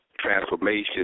transformation